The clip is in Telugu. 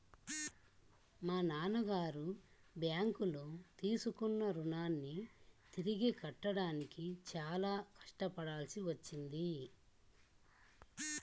మా నాన్నగారు బ్యేంకులో తీసుకున్న రుణాన్ని తిరిగి కట్టడానికి చాలా కష్టపడాల్సి వచ్చింది